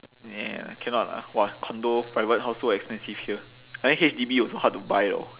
yeah cannot ah !wah! condo private house so expensive here I think H_D_B also hard to buy loh